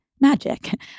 magic